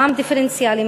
מע"מ דיפרנציאלי,